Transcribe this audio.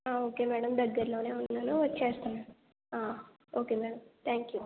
okay madam దగ్గరలోనే ఉన్నాను వచ్చేస్తున్నాను ఓకే మేడం థ్యాంక్ యూ